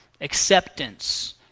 acceptance